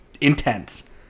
Intense